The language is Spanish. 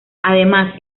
además